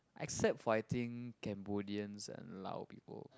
except for I think Cambodians and Lao people